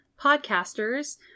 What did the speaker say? podcasters